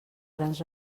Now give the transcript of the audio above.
grans